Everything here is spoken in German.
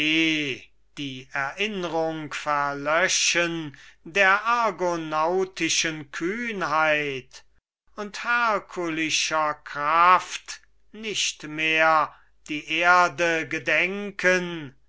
die erinn'rung verlöschen der argonautischen kühnheit und herkulischer kraft nicht mehr die erde gedenken